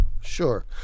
Sure